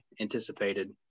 anticipated